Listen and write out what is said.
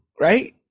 right